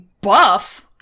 buff